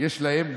יש גם להם חובות,